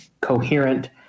coherent